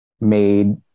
made